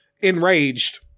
enraged